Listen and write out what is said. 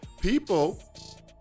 people